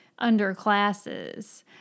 underclasses